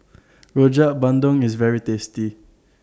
Rojak Bandung IS very tasty